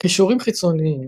קישורים חיצוניים